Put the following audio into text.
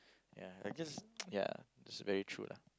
ya just ya just very true lah